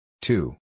Two